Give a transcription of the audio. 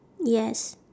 yes